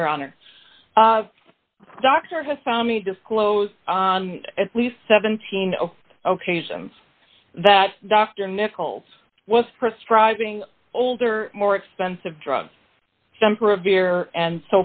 you are on a doctor has found me disclose at least seventeen ok that dr nichols was prescribing older more expensive drugs some for a beer and